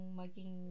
maging